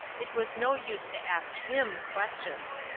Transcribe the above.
it was no use to ask him questions.